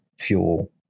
fuel